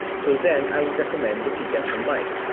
so then, i would recommend that you get the mic.